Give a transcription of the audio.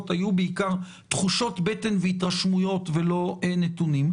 היו בעיקר תחושות בטן והתרשמויות ולא נתונים,